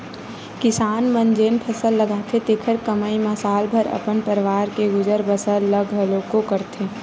किसान मन जेन फसल लगाथे तेखरे कमई म साल भर अपन परवार के गुजर बसर ल घलोक करथे